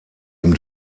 ihm